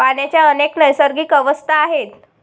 पाण्याच्या अनेक नैसर्गिक अवस्था आहेत